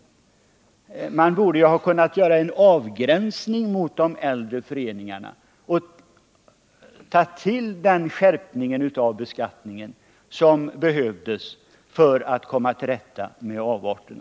Men man borde ju ha kunnat göra en avgränsning mot de äldre föreningarna och ta till den skärpning av beskattningen som behövdes för att komma till rätta med avarterna.